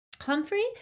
Humphrey